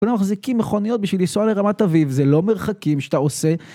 כולנו מחזיקים מכוניות בשביל לנסוע לרמת אביב, זה לא מרחקים שאתה עושה.